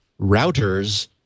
routers